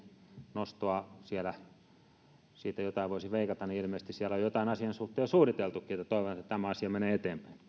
nostosta siellä jotain voisi veikata niin ilmeisesti siellä on jotain asian suhteen jo suunniteltukin niin että toivon että tämä asia menee eteenpäin